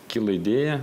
kilo idėja